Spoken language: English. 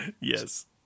Yes